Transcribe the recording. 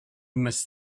must